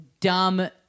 dumb